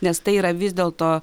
nes tai yra vis dėl to